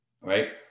right